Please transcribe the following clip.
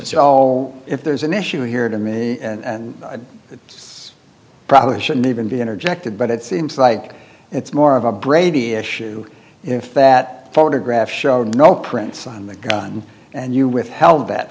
all if there's an issue here and it's probably shouldn't even be interjected but it seems like it's more of a brady issue if that photograph showed no prints on the gun and you withheld that